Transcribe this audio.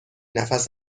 نفس